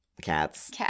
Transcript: Cats